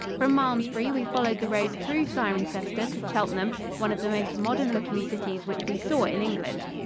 from malmesbury we followed the road through cirencester to cheltenham, one of the most modern-looking cities which we saw in england.